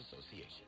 Association